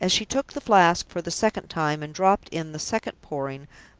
as she took the flask for the second time, and dropped in the second pouring,